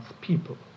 people